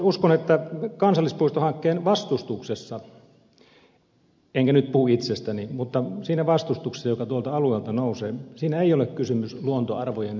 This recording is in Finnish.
uskon että kansallispuistohankkeen vastustuksessa enkä nyt puhu itsestäni siinä vastustuksessa joka tuolta alueelta nousee ei ole kysymys luontoarvojen vähättelystä